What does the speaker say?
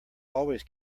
always